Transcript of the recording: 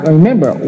remember